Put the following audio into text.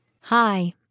Hi